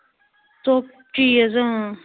ژوٚک چیٖز اۭں